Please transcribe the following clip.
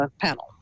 panel